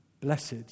Blessed